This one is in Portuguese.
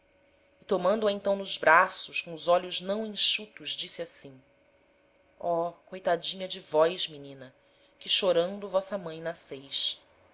tomando-a então nos braços com os olhos não enxutos disse assim ó coitadinha de vós menina que chorando vossa mãe nasceis